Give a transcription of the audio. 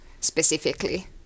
specifically